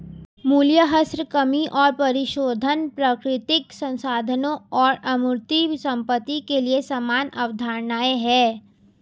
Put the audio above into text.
मूल्यह्रास कमी और परिशोधन प्राकृतिक संसाधनों और अमूर्त संपत्ति के लिए समान अवधारणाएं हैं